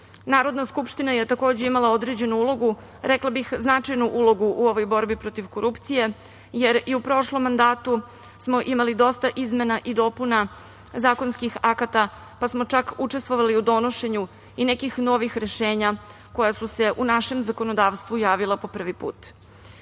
Narodna Skupština je takođe imala određene ulogu, rekla bih značajnu ulogu, u ovoj borbi protiv korupcije, jer i u prošlom mandatu smo imali dosta izmena i dopuna zakonskih akata, pa smo čak učestvovali u donošenju i nekih novih rešenja koja su se u našem zakonodavstvu javila po prvi put. Mi